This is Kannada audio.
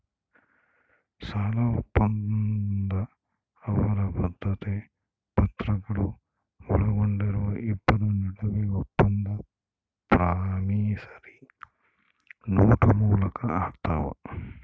ಸಾಲಒಪ್ಪಂದ ಅವರ ಬದ್ಧತೆಯ ಪತ್ರಗಳು ಒಳಗೊಂಡಿರುವ ಇಬ್ಬರ ನಡುವೆ ಒಪ್ಪಂದ ಪ್ರಾಮಿಸರಿ ನೋಟ್ ಮೂಲಕ ಆಗ್ತಾವ